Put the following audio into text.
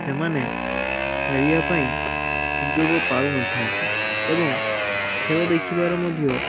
ସେମାନେ ଖେଳିବା ପାଇଁ ସୁଯୋଗ ପାଉନଥାନ୍ତି ଏବଂ ଖେଳ ଦେଖିବାର ମଧ୍ୟ